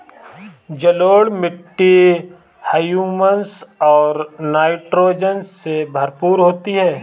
जलोढ़ मिट्टी हृयूमस और नाइट्रोजन से भरपूर होती है